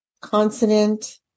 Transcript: consonant